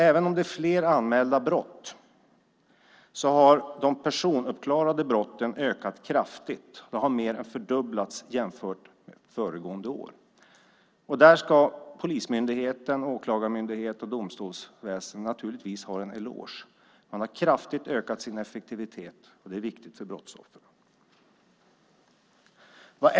Även om det är fler anmälda brott har antalet personuppklarade brott ökat kraftigt. Det har mer än fördubblats jämfört med föregående år. Där ska polismyndighet, åklagarmyndighet och domstolsväsen ha en eloge. De har kraftigt ökat sin effektivitet, och det är viktigt för brottsoffren.